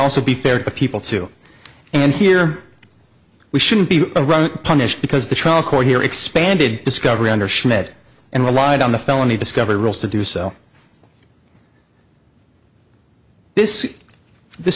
also be fair to people too and here we shouldn't be running punished because the trial court here expanded discovery under schmidt and relied on the felony discovery rules to do so this this